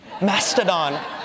Mastodon